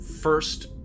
first